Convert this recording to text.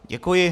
Děkuji.